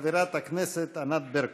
חברת הכנסת ענת ברקו.